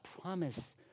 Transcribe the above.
promise